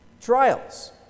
trials